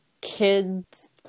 kids